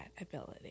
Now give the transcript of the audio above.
ability